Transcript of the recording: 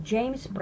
James